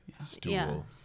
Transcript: Stool